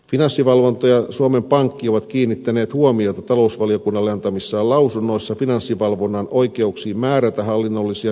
finanssivalvonta ja suomen pankki ovat kiinnittäneet huomiota talousvaliokunnalle antamissaan lausunnoissa finanssivalvonnan oikeuksiin määrätä hallinnollisia seuraamuksia